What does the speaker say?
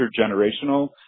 intergenerational